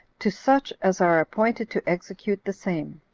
to such as are appointed to execute the same,